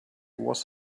was